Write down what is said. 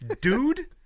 Dude